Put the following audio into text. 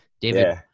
david